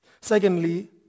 Secondly